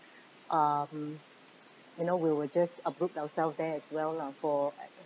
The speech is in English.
um you know we were just uh brought ourselves there as well lah for